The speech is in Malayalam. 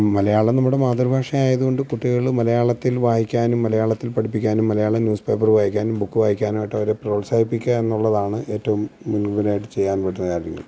മലയാളം നമ്മുടെ മാതൃഭാഷയായതുകൊണ്ട് കുട്ടികള് മലയാളത്തിൽ വായിക്കാനും മലയാളത്തിൽ പഠിപ്പിക്കാനും മലയാളം ന്യൂസ് പേപ്പറ് വായിക്കാനും ബുക്ക് വായിക്കാനുമായിട്ടവരെ പ്രോത്സാഹിപ്പിക്കുക എന്നുള്ളതാണ് ഏറ്റവും മുൻപായിട്ട് ചെയ്യാൻ പറ്റുന്ന കാര്യങ്ങൾ